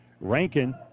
Rankin